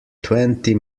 twenty